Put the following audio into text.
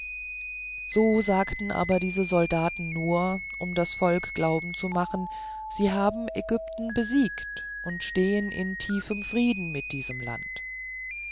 so sagten aber diese soldaten nur um das volk glauben zu machen sie haben ägypten besiegt und stehen in tiefem frieden mit diesem land